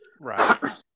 right